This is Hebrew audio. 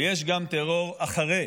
ויש גם טרור אחרי,